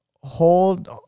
hold